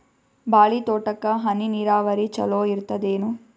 ಬಾಳಿ ತೋಟಕ್ಕ ಹನಿ ನೀರಾವರಿ ಚಲೋ ಇರತದೇನು?